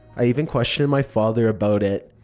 i even questioned my father about it.